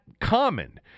common